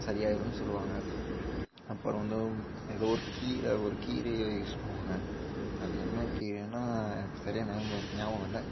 சரி ஆயிடும்னு சொல்லுவாங்க அப்புறம் வந்து ஏதோ ஒரு கீரை ஒரு கீரையை யூஸ் பண்ணுவாங்கள் அது என்ன கீரைன்னால் சரியா ஞாபக வ ஞாபகம் இல்லை